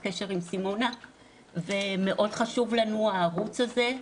בקשר עם סימונה ומאוד חשוב לנו הערוץ הזה.